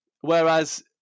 Whereas